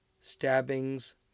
Stabbings